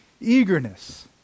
eagerness